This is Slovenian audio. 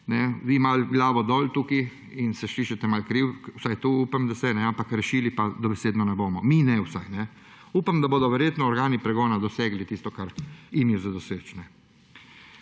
Vi malo glavo dol tukaj in se čutite malo krive, vsaj to upam, da se, ampak rešili pa dobesedno ne bomo. Vsaj mi ne. Upam, da bodo organi pregona dosegli tisto, kar imajo doseči.